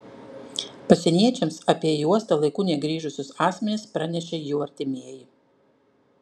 pasieniečiams apie į uostą laiku negrįžusius asmenis pranešė jų artimieji